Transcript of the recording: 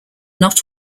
not